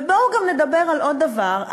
בואו גם נדבר על עוד דבר,